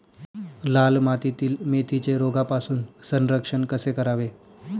लाल मातीतील मेथीचे रोगापासून संरक्षण कसे करावे?